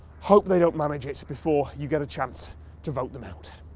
hope they don't manage it before you get a chance to vote them out.